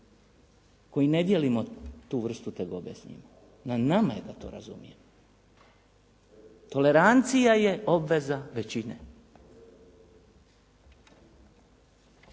koji ne dijelimo tu vrstu tegobe s njima. Na nama je da to razumijemo. Tolerancija je obveza većine.